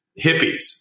hippies